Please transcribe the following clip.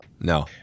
no